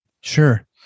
Sure